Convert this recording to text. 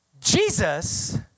Jesus